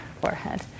forehead